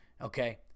okay